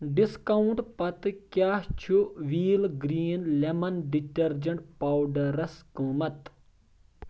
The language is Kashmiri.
ڈسکاونٹ پتہٕ کیٛاہ چھُ Wheel green lemon detergent powders قۭمتھ؟